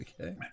Okay